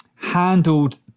handled